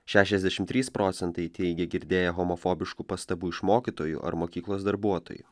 šešiasdešim trys procentai teigė girdėję homofobiškų pastabų iš mokytojų ar mokyklos darbuotojų